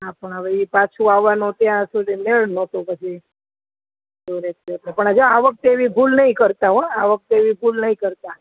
હા પણ હવે એ પાછું આવાનું ત્યાં સુધી મેળ નતો પછી તો રહેશે પણ જો આ વખતે એવી ભૂલ નહીં કરતાં હો આ વખતે એવી ભૂલ નહીં કરતા